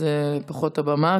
זו פחות הבמה.